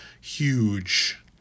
huge